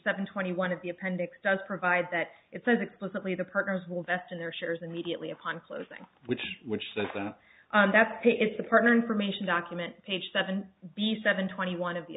seven twenty one of the appendix does provide that it says explicitly the partners will vest in their shares immediately upon closing which which says that that's it's a partner information document page seven b seven twenty one of the